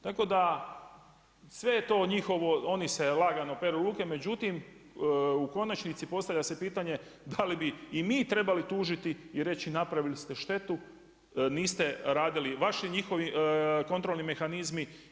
Tako da, sve je to njihovo, oni lagano peru ruke, međutim u konačnici postavlja se pitanje da li bi i mi trebali tužiti i reći napravili ste štetu, niste radili, vaši i njihovi kontrolni mehanizmi.